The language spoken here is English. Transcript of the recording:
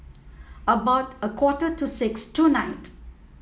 about a quarter to six tonight